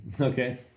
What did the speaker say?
Okay